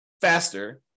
faster